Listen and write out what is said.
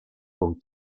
con